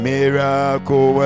Miracle